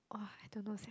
!wah! I don't know sia